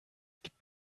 gibt